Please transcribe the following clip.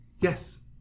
Yes